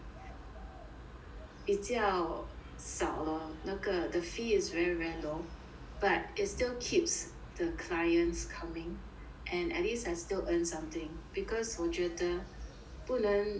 比较少 lor 那个 the fee is very very low but it still keeps the clients coming and at least I still earn something because 我觉得不能